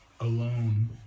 alone